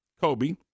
Kobe